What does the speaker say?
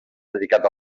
dedicat